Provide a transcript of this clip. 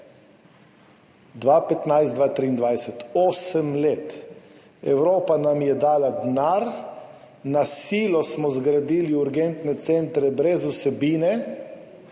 2015–2023, osem let. Evropa nam je dala denar, na silo smo zgradili urgentne centre brez vsebine,